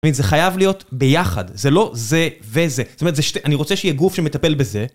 זה חייב להיות ביחד, זה לא זה וזה. זאת אומרת, זה ש... אני רוצה שיהיה גוף שמטפל בזה.